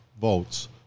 votes